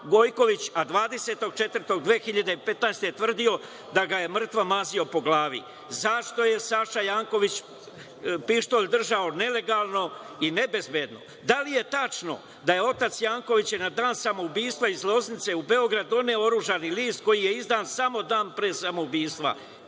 2015. godine je tvrdio da ga je mrtvog mazio po glavi? Zašto je Saša Janković pištolj držao nelegalno i nebezbedno? Da li je tačno da je otac Jankovića na dan samoubistva iz Loznice u Beograd doneo oružani list koji je izdan samo dan pre samoubistva?